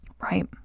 Right